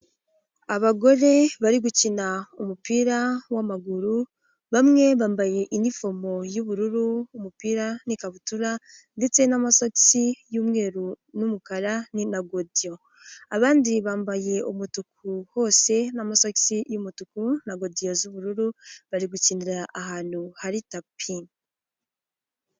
Abagore bari gukina umupira w'amaguru bamwe bambaye inifomo y'ubururu, umupira n'ikabutura ndetse n'amasogisi y'umweru n'umukara ni na godiyo, abandi bambaye umutuku hose n'amasogisi y'umutuku na godiyo z'ubururu bari gukinira ahantu hari tapi.